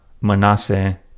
Manasseh